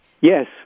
yes